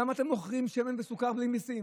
למה אתם מוכרים שמן וסוכר בלי מיסים?